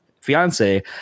fiance